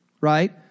right